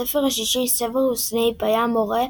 בספר השישי סוורוס סנייפ היה המורה,